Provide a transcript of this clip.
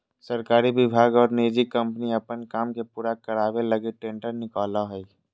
सरकारी विभाग और निजी कम्पनी अपन काम के पूरा करावे लगी टेंडर निकालो हइ